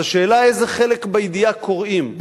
אז השאלה, איזה חלק בידיעה קוראים.